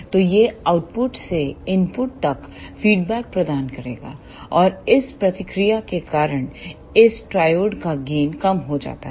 तो यह आउटपुट से इनपुट तक फीडबैक प्रदान करेगा और इस प्रतिक्रिया के कारण इस ट्रायड का गेन कम हो जाता है